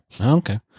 Okay